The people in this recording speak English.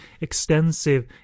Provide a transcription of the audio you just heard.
extensive